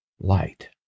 light